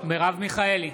מרב מיכאלי,